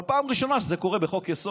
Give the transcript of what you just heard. אבל פעם ראשונה שזה קורה בחוק-יסוד,